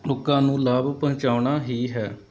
ਲੋਕਾਂ ਨੂੰ ਲਾਭ ਪਹੁੰਚਾਉਣਾ ਹੀ ਹੈ